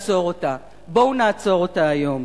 בואו נעצור אותה היום.